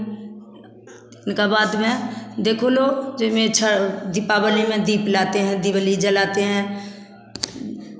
इनका बाद में देखो लो जै में छ दीपावली में दीप लाते हैं दिवाली जलाते हैं